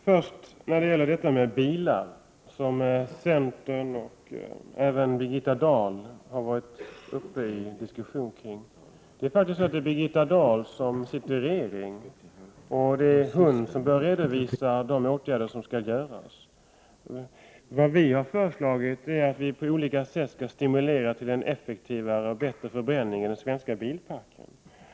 Herr talman! Först något om bilarna som centern och även Birgitta Dahl har fört en diskussion om. Men Birgitta Dahl sitter ju med i regeringen. Det är således hon som bör redovisa vilka åtgärder som skall vidtas. Vad vi har föreslagit är att man på olika sätt skall stimulera till en effektivare och bättre förbränning när det gäller den svenska bilparken.